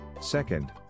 Second